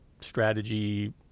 strategy